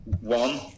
one